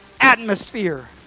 atmosphere